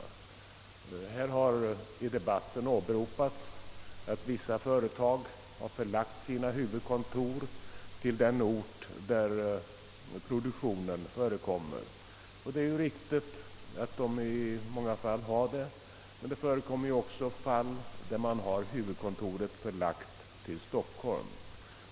I denna debatt har hänvisats till att vissa företag har förlagt sina huvudkontor till den ort där produktionen äger rum, och det är ju riktigt, men det förekommer också fall där man har huvudkontoret förlagt till Stockholm.